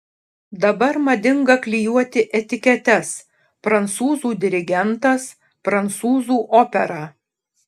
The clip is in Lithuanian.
dabar madinga klijuoti etiketes prancūzų dirigentas prancūzų opera